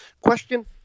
Question